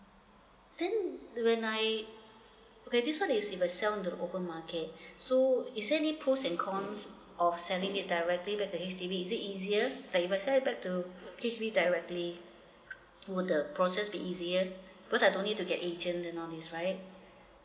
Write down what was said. then when I okay this one is in the sell the open market so is there any pros and cons of selling it directly back to H_D_B is it easier that I've sell it back to H_D_B directly for the process be easier because I don't need to get agent and all these right